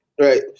right